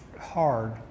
hard